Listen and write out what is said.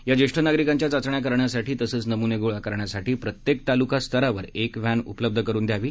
या ज्येष्ठ नागरिकांच्या चाचण्या करण्यासाठी तसंच नमुने गोळा करण्यासाठी प्रत्येक तालुकास्तरावर एका व्हा उपलब्ध करून द्यावी